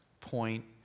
point